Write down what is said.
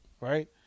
right